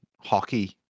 hockey